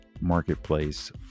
Marketplace